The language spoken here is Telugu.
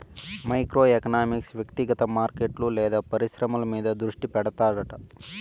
మైక్రో ఎకనామిక్స్ వ్యక్తిగత మార్కెట్లు లేదా పరిశ్రమల మీద దృష్టి పెడతాడట